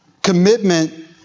Commitment